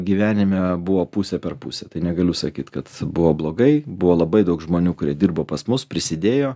gyvenime buvo pusė per pusę tai negaliu sakyt kad buvo blogai buvo labai daug žmonių kurie dirbo pas mus prisidėjo